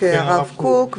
הרב קוק.